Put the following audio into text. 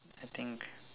I think